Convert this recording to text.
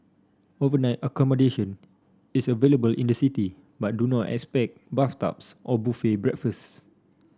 overnight accommodation is available in the city but do not expect bathtubs and buffet breakfasts